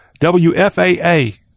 WFAA